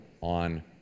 on